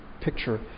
picture